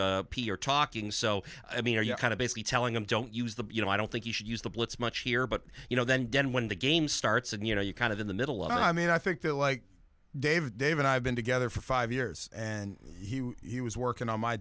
are talking so i mean are you kind of basically telling them don't use the you know i don't think you should use the blitz much here but you know then get in when the game starts and you know you kind of in the middle of it i mean i think they're like david david i've been together for five years and he was working on my